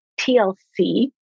TLC